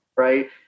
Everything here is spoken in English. right